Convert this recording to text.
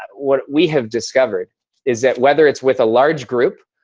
what we have discovered is that whether it's with a large group,